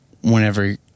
whenever